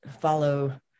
follow